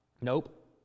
Nope